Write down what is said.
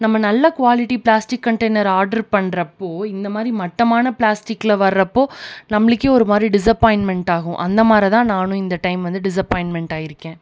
நம்ம நல்ல quality plastic container order பண்ணுறப்போ இந்த மாதிரி மட்டமான பிளாஸ்டிக்ல வர்றப்போ நம்மளுக்கே ஒரு மாதிரி டிசப்பாயின்ட்மெண்ட்டாகும் அந்த மாதிரிதான் நானும் இந்த டயம் வந்து டிசப்பாயின்ட்மெண்ட் ஆகியிருக்கேன்